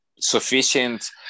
sufficient